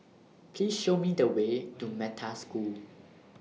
Please Show Me The Way to Metta School